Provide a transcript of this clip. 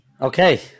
Okay